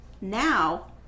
now